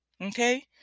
Okay